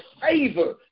favor